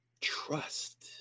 Trust